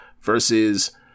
versus